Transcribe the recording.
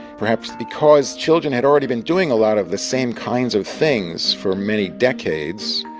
perhaps because children had already been doing a lot of the same kinds of things for many decades.